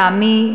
לטעמי,